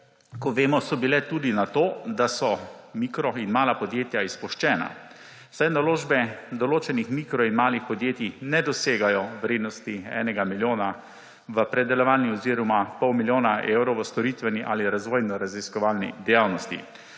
kot vemo, so bile tudi na to, da so mikro- in mala podjetja izpuščena, saj naložbe določenih mikro- in malih podjetij ne dosegajo vrednosti enega milijona v predelovanju oziroma pol milijona evrov v storitveni ali razvojno-raziskovalni dejavnosti,